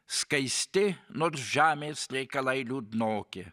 skaisti nors žemės reikalai liūdnoki